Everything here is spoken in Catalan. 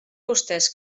vostès